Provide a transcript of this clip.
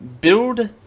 build